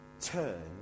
turn